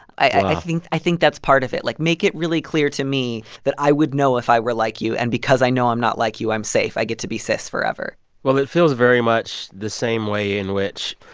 i think i think that's part of it. like, make it really clear to me that i would know if i were like you. and because i know i'm not like you, i'm safe. i get to be cis forever well, it feels very much the same way in which